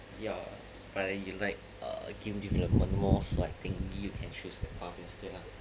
ya but then you like err game development more so I think you can choose that path instead